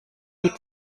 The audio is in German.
weh